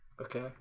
Okay